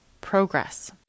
progress